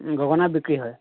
গগনা বিক্ৰী হয়